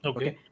Okay